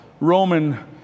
Roman